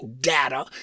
data